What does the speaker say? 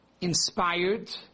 inspired